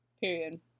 Period